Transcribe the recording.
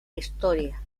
historia